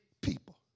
people